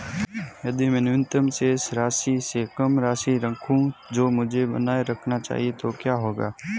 यदि मैं न्यूनतम शेष राशि से कम राशि रखूं जो मुझे बनाए रखना चाहिए तो क्या होगा?